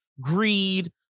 Greed